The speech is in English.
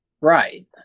Right